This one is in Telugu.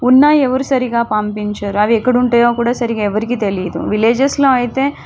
ఉన్నా ఎవరు సరిగా పంపించరు అవి ఎక్కడుంటాయో కూడా సరిగా ఎవ్వరికీ తెలీదు విలేజెస్లో అయితే